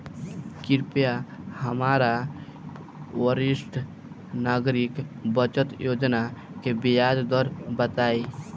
कृपया हमरा वरिष्ठ नागरिक बचत योजना के ब्याज दर बताइं